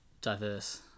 diverse